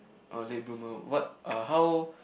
a late bloomer what uh how